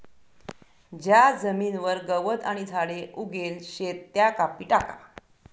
ज्या जमीनवर गवत आणि झाडे उगेल शेत त्या कापी टाका